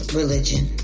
religion